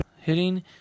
hitting